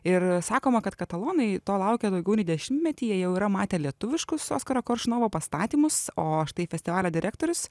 ir sakoma kad katalonai to laukė daugiau nei dešimtmetį jie jau yra matę lietuviškus oskaro koršunovo pastatymus o štai festivalio direktorius